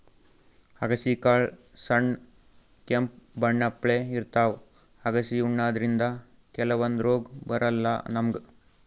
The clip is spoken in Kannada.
ಅಗಸಿ ಕಾಳ್ ಸಣ್ಣ್ ಕೆಂಪ್ ಬಣ್ಣಪ್ಲೆ ಇರ್ತವ್ ಅಗಸಿ ಉಣಾದ್ರಿನ್ದ ಕೆಲವಂದ್ ರೋಗ್ ಬರಲ್ಲಾ ನಮ್ಗ್